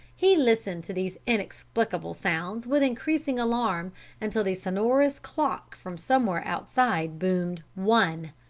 he listened to these inexplicable sounds with increasing alarm until the sonorous clock from somewhere outside boomed one,